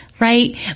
right